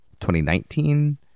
2019